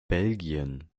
belgien